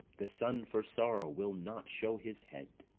the sun for sorrow will not show his head.